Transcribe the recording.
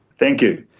thank you.